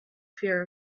fear